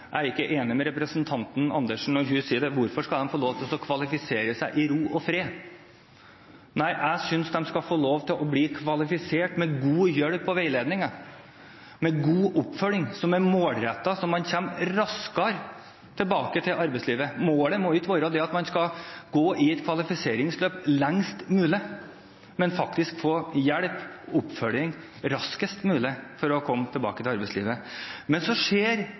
skal få lov til å «kvalifisere seg i ro og fred». Jeg synes de skal få lov til å bli kvalifisert med god hjelp og veiledning, med god oppfølging, som er målrettet, så man kommer raskere tilbake til arbeidslivet. Målet må ikke være at man skal gå i et kvalifiseringsløp lengst mulig, men faktisk få hjelp og oppfølging raskest mulig for å komme tilbake til arbeidslivet. Men så